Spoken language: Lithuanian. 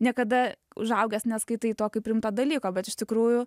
niekada užaugęs neskaitai to kaip rimto dalyko bet iš tikrųjų